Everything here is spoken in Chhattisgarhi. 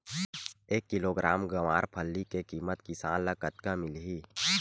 एक किलोग्राम गवारफली के किमत किसान ल कतका मिलही?